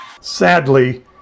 sadly